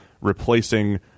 replacing